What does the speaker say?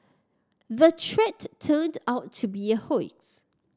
the threat turned out to be a hoax